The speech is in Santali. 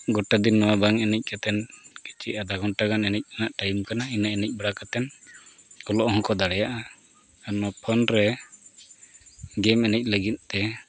ᱜᱳᱴᱟ ᱫᱤᱱ ᱱᱚᱣᱟ ᱵᱟᱝ ᱮᱱᱮᱡ ᱠᱟᱛᱮᱫ ᱠᱤᱪᱷᱩ ᱟᱫᱷᱟ ᱜᱷᱚᱱᱴᱟ ᱜᱟᱱ ᱮᱱᱮᱡ ᱨᱮᱭᱟᱜ ᱴᱟᱭᱤᱢ ᱠᱟᱱᱟ ᱤᱱᱟᱹ ᱮᱱᱮᱡ ᱵᱟᱲᱟ ᱠᱟᱛᱮᱫ ᱚᱞᱚᱜ ᱦᱚᱸᱠᱚ ᱫᱟᱲᱮᱭᱟᱜᱼᱟ ᱟᱨ ᱱᱚᱣᱟ ᱯᱷᱳᱱ ᱨᱮ ᱜᱮᱢ ᱮᱱᱮᱡ ᱞᱟᱹᱜᱤᱫ ᱛᱮ